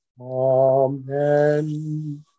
Amen